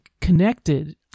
connected